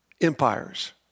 empires